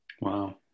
Wow